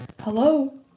Hello